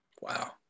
wow